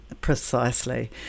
precisely